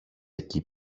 εκεί